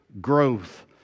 growth